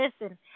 listen